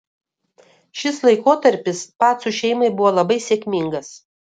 šis laikotarpis pacų šeimai buvo labai sėkmingas